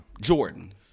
Jordan